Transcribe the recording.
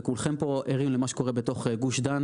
וכולכם פה ערים למה שקורה בתוך גוש דן